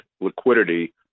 liquidity